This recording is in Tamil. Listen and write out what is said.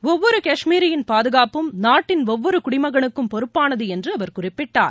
ஒவ்வொரு காஷ்மீரியின் பாதுகாப்பும் நாட்டின் ஒவ்வொரு குடிமகனுக்கும் பொறுப்பானது என்று அவர் குறிப்பிட்டார்